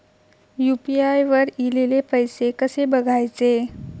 UPI वर ईलेले पैसे कसे बघायचे?